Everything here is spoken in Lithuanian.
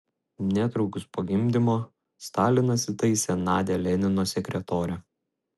netrukus po gimdymo stalinas įtaisė nadią lenino sekretore